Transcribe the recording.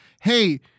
Hey